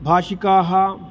भाषिकाः